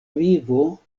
vivo